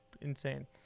insane